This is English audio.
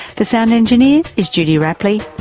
the sound engineer is judy rapley.